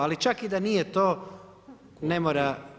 Ali čak i da nije to ne mora